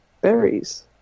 berries